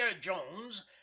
jones